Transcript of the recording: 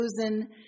chosen